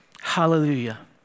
Hallelujah